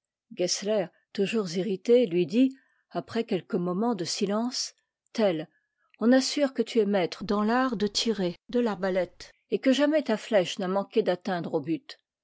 toujours irrité lui dit après quelques moments de silence tell on assure que tu es maître dans l'art de tirer de l'arbalète et que jamais ta flèche n'a manqué d'atteindre au but